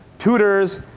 tutors,